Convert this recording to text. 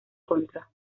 contra